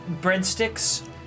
breadsticks